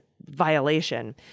violation